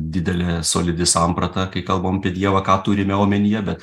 didelė solidi samprata kai kalbam apie dievą ką turime omenyje bet